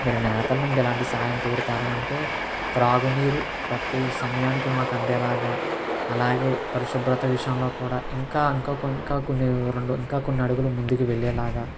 మీరు నేతల నుండి ఎలాంటి సాయం కోరుతారా అంటే త్రాగునీరు ప్రతి సమయానికి మాకు అందేలాగా అలాగే పరిశుభ్రత విషయంలో కూడా ఇంకా ఇంకా కొన్ని ఇంకా కొన్ని ఇంకా కొన్ని రెండు అడుగులు ముందుకు వెళ్ళేలాగా